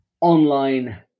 online